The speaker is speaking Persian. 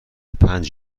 پنج